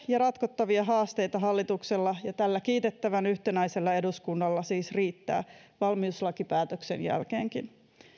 ja ratkottavia haasteita hallituksella ja tällä kiitettävän yhtenäisellä eduskunnalla siis riittää valmiuslakipäätösten jälkeenkin